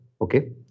Okay